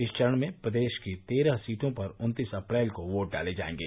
इस चरण में प्रदेश की तेरह सीटों पर उन्तीस अप्रैल को वोट डाले जायेंगे